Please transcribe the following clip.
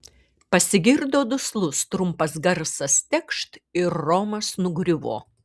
pasigirdo duslus trumpas garsas tekšt ir romas nugriuvo